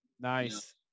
Nice